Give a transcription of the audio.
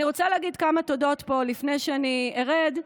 אני רוצה להגיד כמה תודות פה לפני שאני ארד.